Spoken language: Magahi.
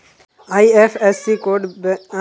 आई.एफ.एस.सी कोड बैंक अंकाउट पासबुकवर पर लिखाल रह छेक